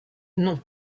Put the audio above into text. nom